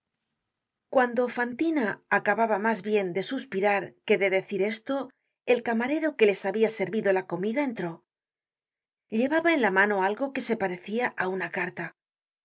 cuando fantina acababa mas bien de suspirar que de decir esto el camarero que les habia servido la comida entró llevaba en la mano algo que se parecia á una carta